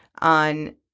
on